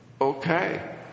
okay